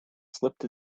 slipped